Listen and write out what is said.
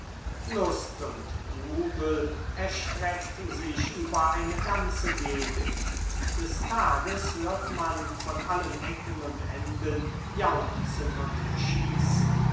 lust und jubel erstreckt sich über eine ganze gegend des tages hört man von allen ecken und enden jauchzen und schießen